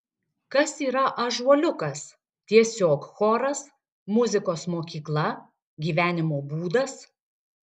kas yra ąžuoliukas tiesiog choras muzikos mokykla gyvenimo būdas